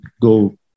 go